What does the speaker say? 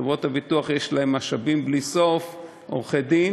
לחברות הביטוח יש משאבים בלי סוף, עורכי-דין,